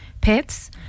pets